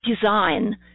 design